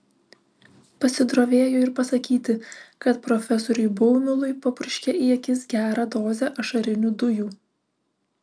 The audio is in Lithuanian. pasidrovėjo ir pasakyti kad profesoriui baumilui papurškė į akis gerą dozę ašarinių dujų